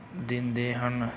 ਦਿੰਦੇ ਹਨ